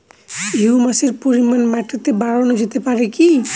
হিউমাসের পরিমান মাটিতে বারানো যেতে পারে কি?